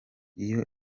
iyo